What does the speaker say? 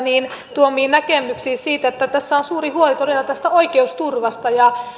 tuomiin näkemyksiin siitä että tässä todella on suuri huoli oikeusturvasta ja